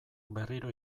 berriro